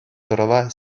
тӑрӑва